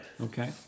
Okay